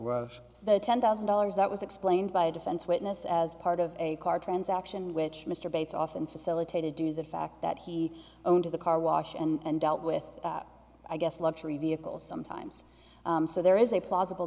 r the ten thousand dollars that was explained by a defense witness as part of a car transaction which mr bates often facilitated do the fact that he owned the car wash and dealt with that i guess luxury vehicles sometimes so there is a plausible